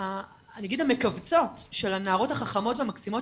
אני אגיד המכווצות של הנערות החכמות והמקסימות